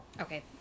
Okay